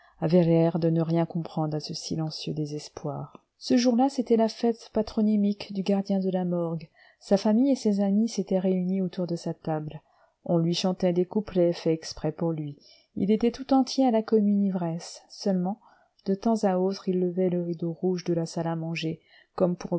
de ne rien comprendre à ce silencieux désespoir ce jour-là c'était la fête